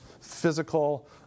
physical